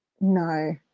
No